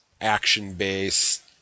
action-based